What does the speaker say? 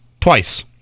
twice